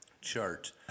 chart